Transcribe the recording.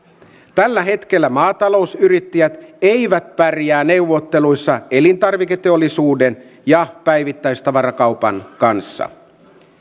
tällä hetkellä maatalousyrittäjät eivät pärjää neuvotteluissa elintarviketeollisuuden ja päivittäistavarakaupan kanssa